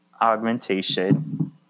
Augmentation